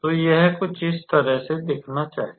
तो यह कुछ इस तरह दिखना चाहिए